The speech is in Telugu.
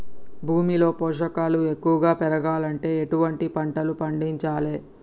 భూమిలో పోషకాలు ఎక్కువగా పెరగాలంటే ఎటువంటి పంటలు పండించాలే?